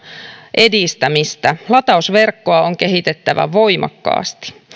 edistämistä latausverkkoa on kehitettävä voimakkaasti